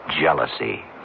jealousy